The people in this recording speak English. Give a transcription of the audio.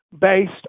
based